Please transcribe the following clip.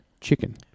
chicken